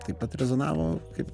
taip pat rezonavo kaip